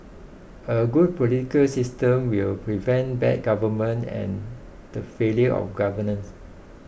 a good political system will prevent bad government and the failure of governance